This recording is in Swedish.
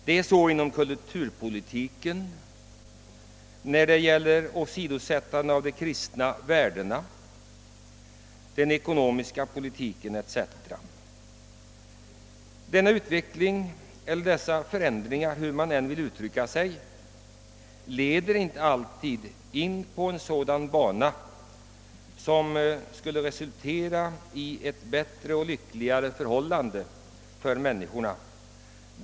Så är det inom kulturpolitiken, när det gäller åsidosättandet av de kristna värdena, inom den ekonomiska politiken etc. Denna utveckling eller dessa förändringar — hur man än vill uttrycka sig — leder inte alltid in på en sådan bana som skulle resultera i ett bättre och lyckligare förhållande för människorna.